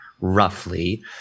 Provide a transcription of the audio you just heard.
roughly